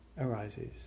arises